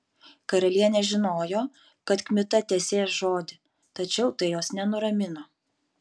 karalienė žinojo kad kmita tesės žodį tačiau tai jos nenuramino